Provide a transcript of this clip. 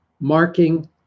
marking